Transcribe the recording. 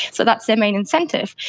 so that's their main incentive.